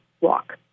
walk